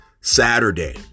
Saturday